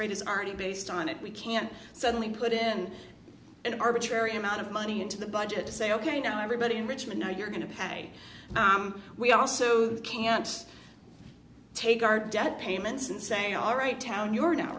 rate is already based on it we can't suddenly put in an arbitrary amount of money into the budget to say ok now everybody in richmond know you're going to pay we also that can't take our debt payments and saying all right town you are now